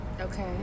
Okay